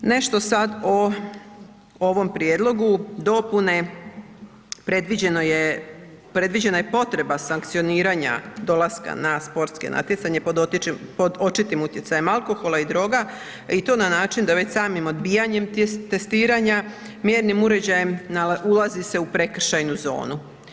Nešto sad o ovom prijedlogu dopune, predviđeno je, predviđena je potreba sankcioniranja dolaska na sportske natjecanje pod očitim utjecajem alkohola i droga i to na način da već samim odbijanjem testiranja mjernim uređajem ulazi se u prekršajnu zonu.